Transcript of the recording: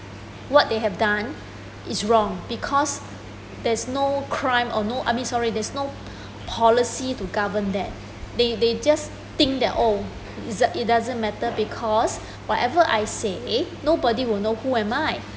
what they have done is wrong because there is no crime or no I mean sorry there is no policy to govern that they they just think that oh is a it doesn't matter because whatever I say nobody will know who am I